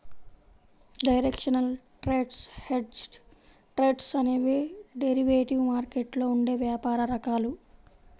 directional trades, hedged trades అనేవి derivative మార్కెట్లో ఉండే వ్యాపార రకాలు